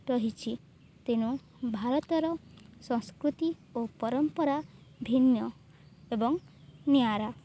ରହିଛି ତେଣୁ ଭାରତର ସଂସ୍କୃତି ଓ ପରମ୍ପରା ଭିନ୍ନ ଏବଂ ନିଆରା